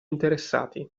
interessati